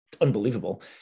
unbelievable